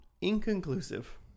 inconclusive